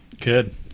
Good